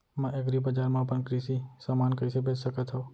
मैं एग्रीबजार मा अपन कृषि समान कइसे बेच सकत हव?